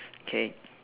okay